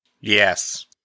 Yes